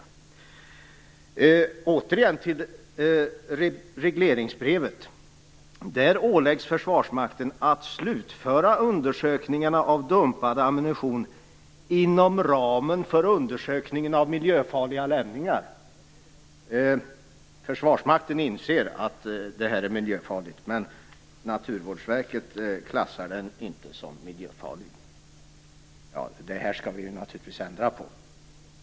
I regleringsbrevet, för att återkomma till detta, åläggs Försvarsmakten att slutföra undersökningarna av dumpad ammunition inom ramen för undersökningen av miljöfarliga lämningar. Försvarsmakten inser att den här ammunitionen är miljöfarlig, men Naturvårdsverket klassar den inte som miljöfarlig. Detta skall vi naturligtvis ändra på.